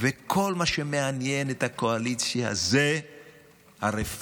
וכל מה שמעניין את הקואליציה זאת הרפורמה.